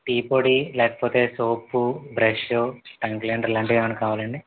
tea పొడీ లేకపోతే soap brush tongue cleaner లాంటివి ఏవైనా కావాలండి